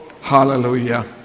Hallelujah